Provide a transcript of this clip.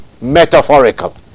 metaphorical